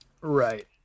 Right